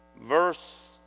verse